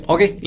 Okay